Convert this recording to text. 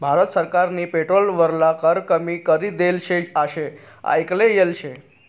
भारत सरकारनी पेट्रोल वरला कर कमी करी देल शे आशे आयकाले येल शे